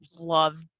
love